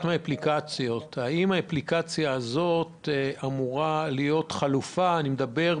מהאפליקציות אלא אמורה להיות חלופה לאיכונים,